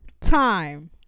time